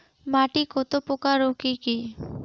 মাটি কতপ্রকার ও কি কী?